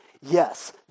Yes